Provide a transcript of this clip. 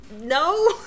No